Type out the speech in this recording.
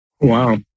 Wow